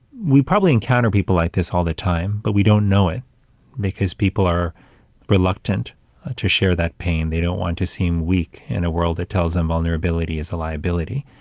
we probably encounter people like this all the time, but we don't know it because people are reluctant to share that pain, they don't want to seem weak in a world that tells them vulnerability is a liability.